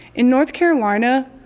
in north carolina,